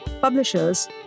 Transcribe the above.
publishers